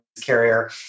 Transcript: carrier